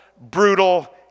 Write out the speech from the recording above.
brutal